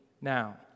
now